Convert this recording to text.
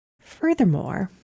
Furthermore